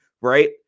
right